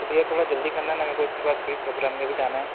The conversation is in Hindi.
तो भैया थोड़ा जल्दी करना ना मेरेको इसके बाद कोई प्रोग्राम में भी जाना है